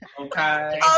okay